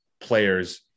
players